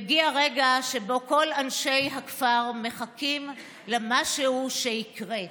מגיע רגע שבו כל אנשי הכפר מחכים למשהו שיקרה.